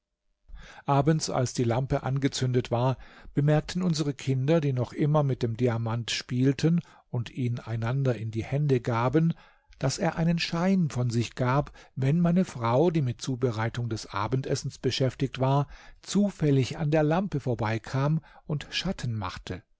abends als die lampe angezündet war bemerkten unsere kinder die noch immer mit dem diamant spielten und ihn einander in die hände gaben daß er einen schein von sich gab wenn meine frau die mit zubereitung des abendessens beschäftigt war zufällig an der lampe vorbeikam und schatten machte